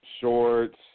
shorts